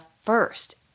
first